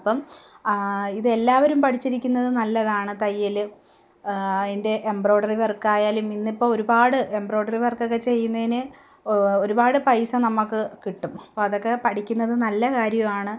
അപ്പം ഇതെല്ലാവരും പഠിച്ചിരിക്കുന്നത് നല്ലതാണ് തയ്യൽ അതിൻ്റെ എംബ്രോയിഡറി വർക്കായാലും ഇന്നിപ്പം ഒരുപാട് എംബ്രോയിഡറി വർക്കൊക്കെ ചെയ്യുന്നതിന് ഒരുപാട് പൈസ നമുക്ക് കിട്ടും അപ്പം അതൊക്കെ പഠിക്കുന്നത് നല്ല കാര്യമാണ്